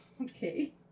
Okay